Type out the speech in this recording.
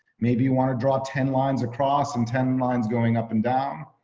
maybe you wanna draw ten lines across and ten lines going up and down.